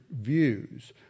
views